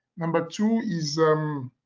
number two is um